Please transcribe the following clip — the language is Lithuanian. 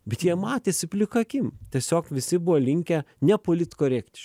bet jie matėsi plika akim tiesiog visi buvo linkę nepolitkorektiški